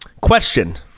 question